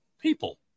people